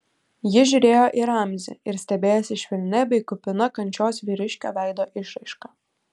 ji žiūrėjo į ramzį ir stebėjosi švelnia bei kupina kančios vyriškio veido išraiška